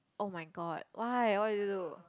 [oh]-my-god why why did you do